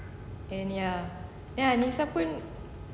then ya then anisa pun